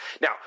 Now